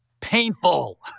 Painful